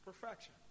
perfection